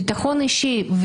ביטחון אישי,